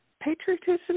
patriotism